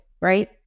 right